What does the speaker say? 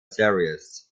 series